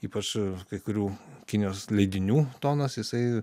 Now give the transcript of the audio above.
ypač kai kurių kinijos leidinių tonas jisai